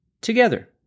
together